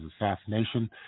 assassination